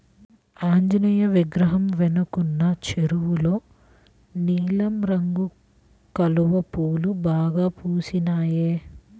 ఆంజనేయ విగ్రహం వెనకున్న చెరువులో నీలం రంగు కలువ పూలు బాగా పూసినియ్